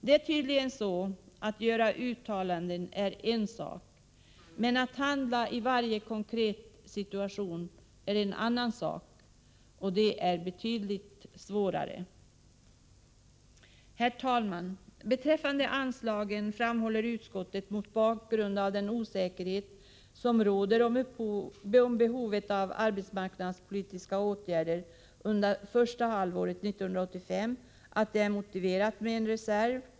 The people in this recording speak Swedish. Det är tydligen så att det är en sak att göra uttalanden och en annan sak att handla i varje konkret situation — det är betydligt svårare. Herr talman! Beträffande anslagen framhåller utskottet, mot bakgrund av den osäkerhet som råder om behovet av arbetsmarknadspolitska åtgärder under första halvåret 1985, att det är motiverat med en reserv.